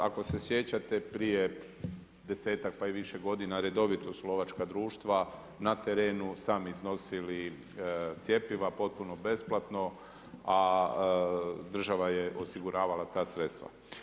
Ako se sjećate prije 10-ak pa i više godina, redovito slovačka društva, na terenu sami iznosili cjepiva, potpuno besplatno a država je osiguravala ta sredstva.